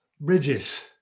Bridges